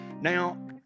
Now